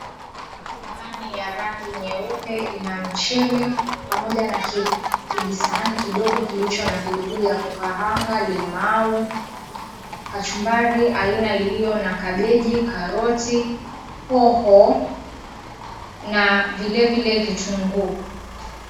Sahani ya rangi nyeupe ina mchele pamoja na kijisahani kidogo kilicho na pilipili ya kukaranga limau kachumbari aina ilio na kabeji, karoti, hoho na vile vile kituguu.